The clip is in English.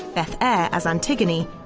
beth eyre as antigone,